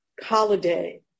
holiday